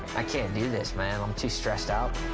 i can't do this, man. i'm too stressed out.